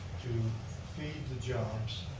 to feed the jobs,